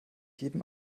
jedem